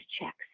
checks